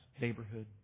neighborhood